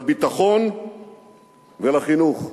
לביטחון ולחינוך.